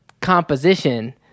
composition